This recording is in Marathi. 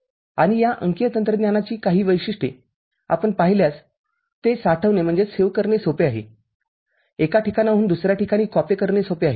आणि या अंकीय तंत्रज्ञानाची काही वैशिष्ट्ये आपण पाहिल्यासते साठवणे सोपे आहे एका ठिकाणाहून दुसर्या ठिकाणी कॉपी करणे सोपे आहे